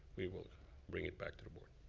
we will bring it back to the board.